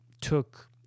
took